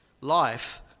Life